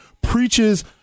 preaches